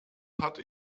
hatte